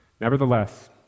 Nevertheless